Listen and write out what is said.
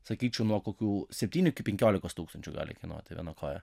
sakyčiau nuo kokių septynių iki penkiolikos tūkstančių gali kainuoti viena koja